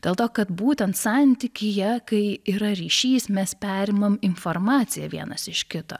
dėl to kad būrtent santykyje kai yra ryšys mes perimam informaciją vienas iš kito